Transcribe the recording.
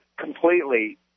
completely